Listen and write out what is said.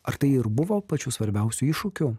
ar tai ir buvo pačiu svarbiausiu iššūkiu